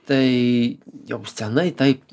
tai jau senai taip